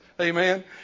Amen